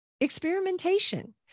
experimentation